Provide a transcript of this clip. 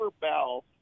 Bell